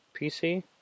PC